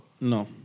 No